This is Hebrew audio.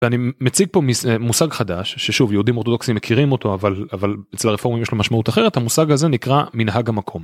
ואני מציג פה מושג חדש ששוב יהודים אורתודוקסים מכירים אותו אבל אבל אצל הרפורמים יש לו משמעות אחרת המושג הזה נקרא מנהג המקום.